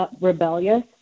rebellious